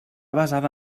basada